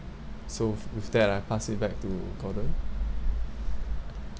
so with that I pass it back to gordon